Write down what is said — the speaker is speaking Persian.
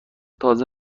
تازه